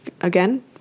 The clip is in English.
again